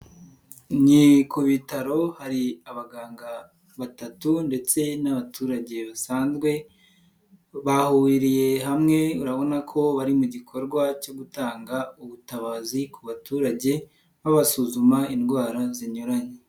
Ni ku bitaro hari abaganga batatu ndetse n'abaturage basanzwe, bahuriye hamwe urabona ko bari mu gikorwa cyo gutanga ubutabazi ku baturage babasuzuma indwara zinyuranye.